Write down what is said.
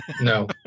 No